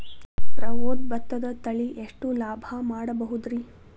ಪ್ರಮೋದ ಭತ್ತದ ತಳಿ ಎಷ್ಟ ಲಾಭಾ ಮಾಡಬಹುದ್ರಿ?